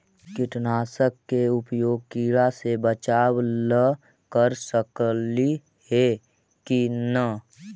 कीटनाशक के उपयोग किड़ा से बचाव ल कर सकली हे की न?